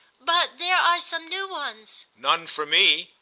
but there are some new ones. none for me.